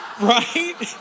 Right